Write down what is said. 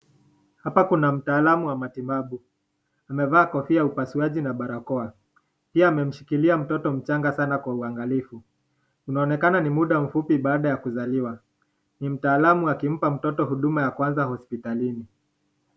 Hapa kuna mtaalamu wa matibabu ,amevaa kofia ya upasuaji na barakoa. Pia amemshikilia mtoto mchanga sana kwa uangalifu . Unaonekana ni muda mfupi baada ya kuzaliwa ,ni mtaalamu akimpa mtoto huduma ya kwanza hospitalini.